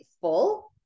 full